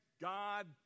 God